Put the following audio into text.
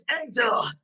angel